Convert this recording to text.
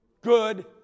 good